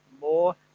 more